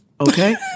Okay